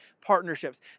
partnerships